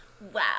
Wow